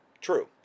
True